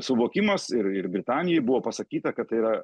suvokimas ir ir britanijai buvo pasakyta kad tai yra